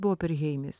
buvo operheimis